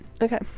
okay